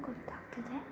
ಗೊತ್ತಾಗ್ತದೆ